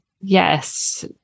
Yes